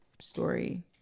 story